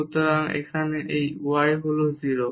সুতরাং এখানে এই y হল 0